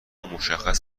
مشخص